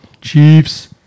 Chiefs